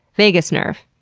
vagus nerve.